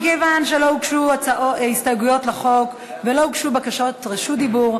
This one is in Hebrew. מכיוון שלא הוגשו הסתייגויות לחוק ולא הוגשו בקשות רשות דיבור,